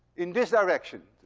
in this direction.